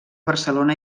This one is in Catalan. barcelona